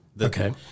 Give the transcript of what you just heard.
Okay